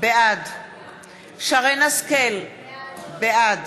בעד שרן השכל - בעד